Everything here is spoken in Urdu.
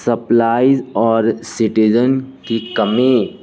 سپلائز اور سٹیزن کی کمی